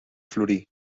florir